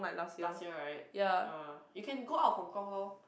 last year right ah you can go out Hong Kong lor